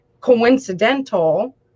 coincidental